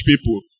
people